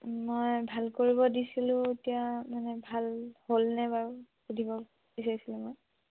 মই ভাল কৰিব দিছিলোঁ এতিয়া মানে ভাল হ'লনে বাৰু সুধিব বিচাৰিছিলোঁ মই